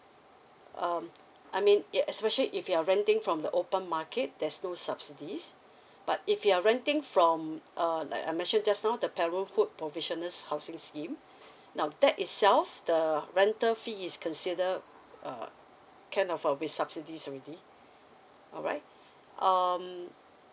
um I mean it especially if you're renting from the open market there's no subsidies but if you're renting from uh like I mentione just now the parenthood provisional housing scheme now that itself the rental fee is consider uh can offer with subsidies already alright um